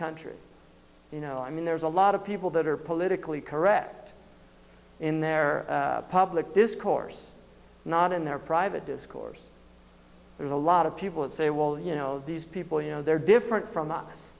country you know i mean there's a lot of people that are politically correct in their public discourse not in their private discourse there's a lot of people who say well you know these people you know they're different from us